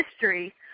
history